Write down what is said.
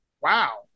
Wow